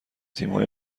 تیمهای